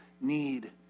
need